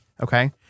Okay